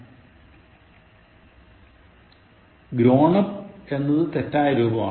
grown up എന്നതാണ് തെറ്റായ രൂപം